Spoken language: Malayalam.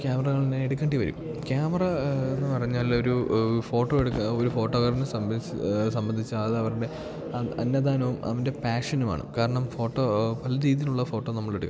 ക്യാമറകൾ തന്നെ എടുക്കേണ്ടി വരും ക്യാമറ എന്നു പറഞ്ഞാൽ ഒരു ഫോട്ടോ എടുക്കാൻ ഒരു ഫോട്ടോക്കാരനെ സംബന്ധിച്ച് സംബന്ധിച്ച് അതവരുടെ അന്നദാനവും അവൻ്റെ പാഷനുമാണ് കാരണം ഫോട്ടോ പല രീതിയിലുള്ള ഫോട്ടോ നമ്മളെടുക്കും